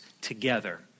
together